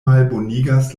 malbonigas